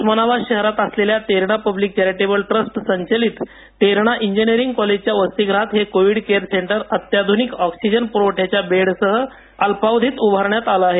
उस्मानाबाद शहरात असलेल्या Terna public charitable trust संचलीत तेरणा इंजिनिअरिंग कॉलेजच्या वस्तीगृहात हे कोविड केअर सेंटर अत्याध्निक ऑक्सिजन प्रवठ्याच्या बेडसह अल्पावधीत उभारण्यात आल आहे